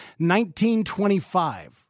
1925